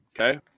Okay